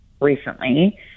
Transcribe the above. recently